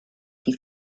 die